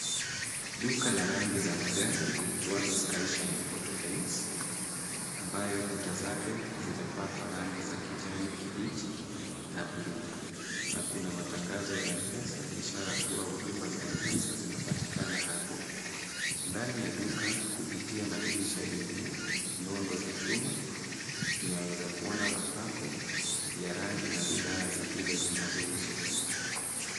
Duka la rangi za magari liitwalo Sky shine Auto paints ambayo kuta zake zimepakwa rangi za kijani kibichi na bluu na kuna matangazo ya M-pesa ishara kuwa huduma za m-pesa zinapatikana hapo. Ndani ya duka kupitia madirisha yenye nondo za chuma tunawezakuona mapako ya rangi na bidhaa zingine zinazouzwa.